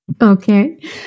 Okay